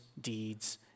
deeds